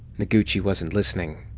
noguchi wasn't listening.